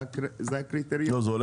איך זה הולך?